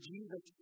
Jesus